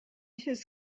his